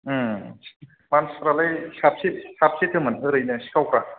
मानसिफ्रालाय साबसे साबेसेथोमोन ओरैनो सिखावफ्रा